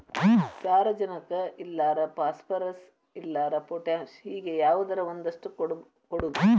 ಸಾರಜನಕ ಇಲ್ಲಾರ ಪಾಸ್ಪರಸ್, ಇಲ್ಲಾರ ಪೊಟ್ಯಾಶ ಹಿಂಗ ಯಾವದರ ಒಂದಷ್ಟ ಕೊಡುದು